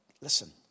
Listen